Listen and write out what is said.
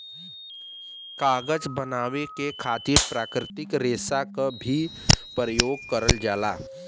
कागज बनावे के खातिर प्राकृतिक रेसा क भी परयोग करल जाला